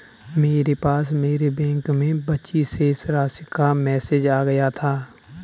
मेरे पास मेरे बैंक में बची शेष राशि का मेसेज आ गया था